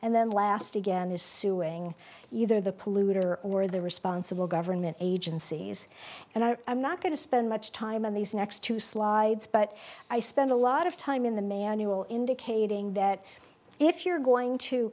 and then last again is suing either the polluter or the responsible government agencies and i am not going to spend much time on these next two slides but i spent a lot of time in the manual indicating that if you're going to